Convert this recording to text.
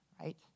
right